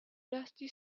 dusty